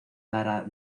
lara